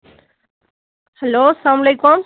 hello اسلام علیکُم